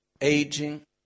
aging